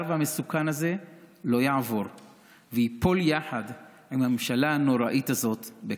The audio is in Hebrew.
והמסוכן הזה לא יעבור וייפול יחד עם הממשלה הנוראית הזאת בקרוב.